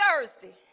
Thursday